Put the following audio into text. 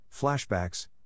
flashbacks